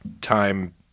time